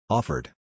Offered